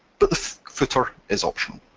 but the footer is optional.